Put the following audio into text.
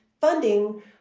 funding